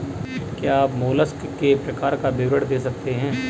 क्या आप मोलस्क के प्रकार का विवरण दे सकते हैं?